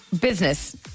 business